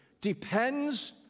depends